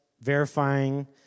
verifying